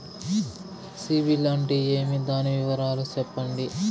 సిబిల్ అంటే ఏమి? దాని వివరాలు సెప్పండి?